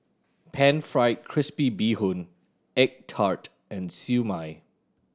Pan Fried Crispy Bee Hoon egg tart and Siew Mai